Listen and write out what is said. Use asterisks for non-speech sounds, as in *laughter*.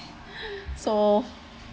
*noise* so